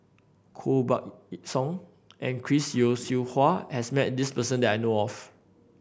Koh Buck Song and Chris Yeo Siew Hua has met this person that I know of